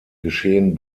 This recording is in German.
geschehen